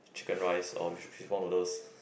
Chicken Rice or fishball noodles